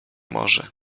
może